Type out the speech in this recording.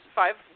five